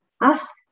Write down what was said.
ask